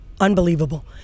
unbelievable